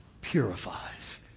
Purifies